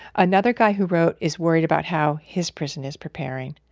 another guy who wrote is worried about how his prison is preparing.